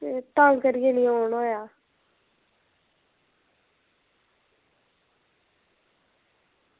ते तां करियै निं में औना होया